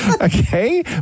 Okay